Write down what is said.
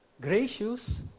gracious